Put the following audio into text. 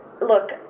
Look